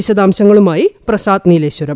വിശദാംശങ്ങളുമായി പ്രസാദ് നീലേശ്വരം